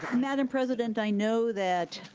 madame president, i know that